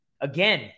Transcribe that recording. Again